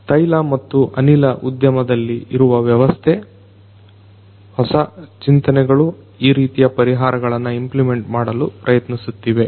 ತೈಲ ಮತ್ತು ಅನಿಲ ಉದ್ಯಮದಲ್ಲಿ ಇರುವ ವ್ಯವಸ್ಥೆ ಹೊಸ ಚಿಂತನೆಗಳು ಈ ರೀತಿಯ ಪರಿಹಾರಗಳನ್ನು ಇಂಪ್ಲಿಮೆಂಟ್ ಮಾಡಲು ಪ್ರಯತ್ನಿಸುತ್ತಿವೆ